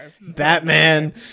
Batman